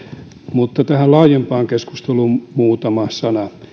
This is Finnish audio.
mutta tähän laajempaan keskusteluun muutama sana